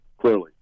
Clearly